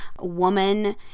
woman